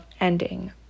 ending